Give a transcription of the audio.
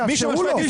תשאלו אותו.